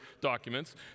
documents